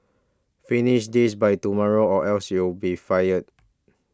finish this by tomorrow or else you'll be fired